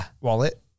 Wallet